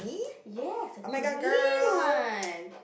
yes a green one